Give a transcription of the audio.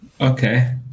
Okay